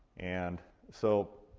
and so.